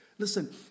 Listen